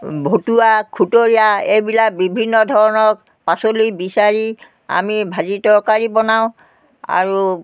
ভটুৱা খুটৰীয়া এইবিলাক বিভিন্ন ধৰণৰ পাচলি বিচাৰি আমি ভাজি তৰকাৰী বনাওঁ আৰু